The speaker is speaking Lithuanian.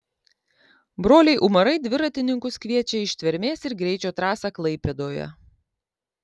broliai umarai dviratininkus kviečia į ištvermės ir greičio trasą klaipėdoje